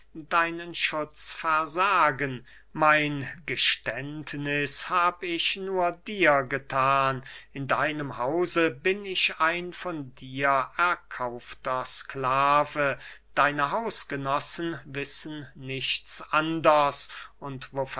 deinen schutz versagen mein geständniß hab ich nur dir gethan in deinem hause bin ich ein von dir erkaufter sklave deine hausgenossen wissen nichts anders und